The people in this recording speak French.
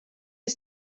des